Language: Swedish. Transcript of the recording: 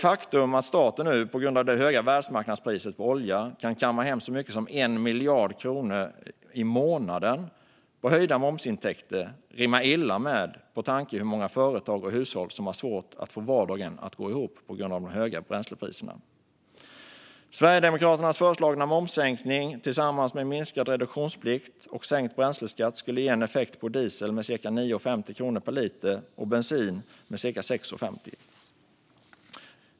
Faktum är att staten nu på grund av det höga världsmarknadspriset på olja kan kamma hem så mycket som 1 miljard kronor i månaden i höjda momsintäkter. Detta rimmar illa med de många företag och hushåll som har svårt att få vardagen att gå ihop på grund av de höga bränslepriserna. Sverigedemokraternas föreslagna momssänkning tillsammans med minskad reduktionsplikt och sänkt bränsleskatt skulle ge en effekt på dieselpriset med cirka 9,50 kronor per liter och på bensinpriset med cirka 6,50 kronor per liter.